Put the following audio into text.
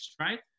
right